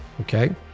okay